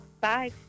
Bye